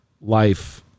life